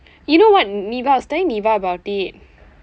you know what niva I was telling niva about it